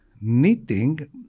Knitting